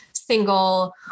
single